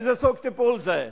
איזה סוג טיפול זה?